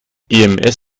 ems